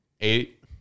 eight